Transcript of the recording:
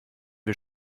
wir